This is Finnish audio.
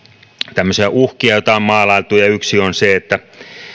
tämmöisiä uhkia joita on maalailtu ja yksi on se